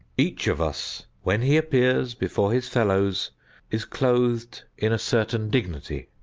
each of us when he appears before his fellows is clothed in a certain dignity.